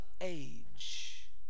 age